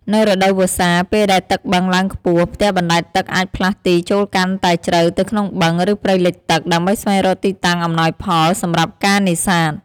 នៅរដូវវស្សា ពេលដែលទឹកបឹងឡើងខ្ពស់ ផ្ទះបណ្ដែតទឹកអាចផ្លាស់ទីចូលកាន់តែជ្រៅទៅក្នុងបឹង ឬព្រៃលិចទឹក ដើម្បីស្វែងរកទីតាំងអំណោយផលសម្រាប់ការនេសាទ។